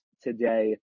today